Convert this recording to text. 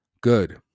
good